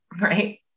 right